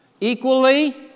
equally